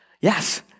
Yes